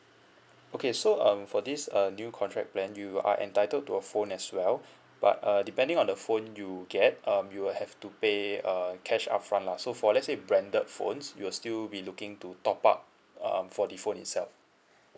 okay so um for this err new contract plan you are entitled to a phone as well but uh depending on the phone you get um you will have to pay err cash upfront lah so for let's say branded phones you will still be looking to top up um for the phone itself